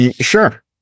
Sure